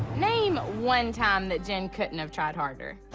name one time that jen couldn't have tried harder.